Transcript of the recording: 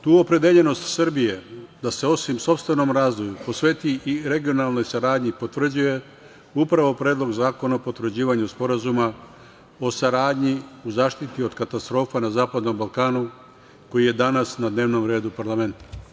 Tu opredeljenost Srbije da se, osim sopstvenom razvoju, posveti i regionalnoj saradnji potvrđuje upravo Predlog zakona o potvrđivanju Sporazuma o saradnji u zaštiti od katastrofa na zapadnom Balkanu koji je danas na dnevnom redu parlamenta.